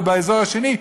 או באזור השני,